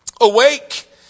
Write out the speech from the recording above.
Awake